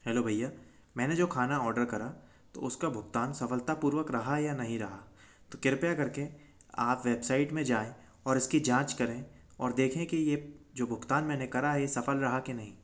hello भैया मैंने जो खाना ऑडर करा तो उसका भुगतान सफलतापूर्वक रहा या नहीं रहा तो कृपया कर के आप वेबसाइट में जाऍं और इसकी जाँच करें और देखें कि ये जो भुगतान मैंने करा है ये सफल रहा कि नहीं